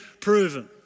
proven